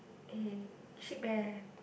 eh cheap eh